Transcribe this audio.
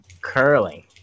Curling